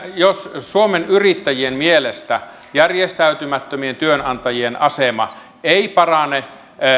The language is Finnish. jos suomen yrittäjien mielestä järjestäytymättömien työnantajien asema ei parane